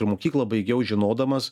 ir mokyklą baigiau žinodamas